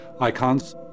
icons